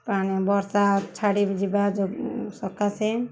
ପାଣି ବର୍ଷା ଛାଡ଼ି ଯିବା ଯେଉଁ ସକାଶେ